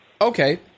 Okay